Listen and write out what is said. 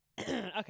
okay